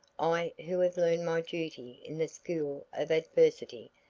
i who have learned my duty in the school of adversity,